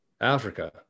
Africa